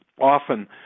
often